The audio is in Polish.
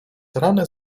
rany